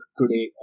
today